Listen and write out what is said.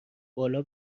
بالا